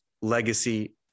legacy